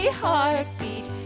heartbeat